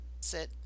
sit